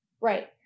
Right